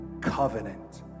Covenant